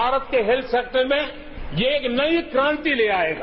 भारत के health sector में ये एक नई क्रांति ले आएगा